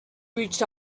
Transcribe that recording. reached